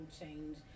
change